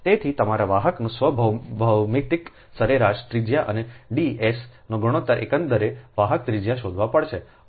તેથી તમારે વાહકની સ્વ ભૌમિતિક સરેરાશ ત્રિજ્યા અને D એસ નો ગુણોત્તર એકંદરે વાહક ત્રિજ્યા શોધવા પડશે